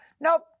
nope